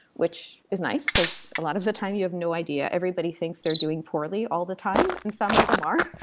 which is nice, because a lot of the time you have no idea. everybody thinks they're doing poorly all the time and some of them are,